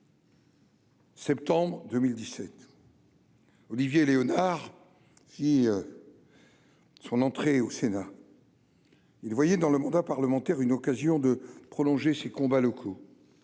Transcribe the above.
Septembre 2017. Olivier Léonard si son entrée au Sénat. Il voyait dans le mandat parlementaire, une occasion de prolonger ses combats locaux